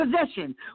possession